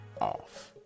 off